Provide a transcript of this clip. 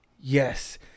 yes